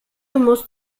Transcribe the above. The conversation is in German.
musst